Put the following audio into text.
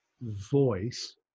voice